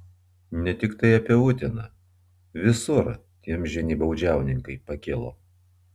ne tiktai apie uteną visur tie amžini baudžiauninkai pakilo